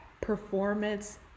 performance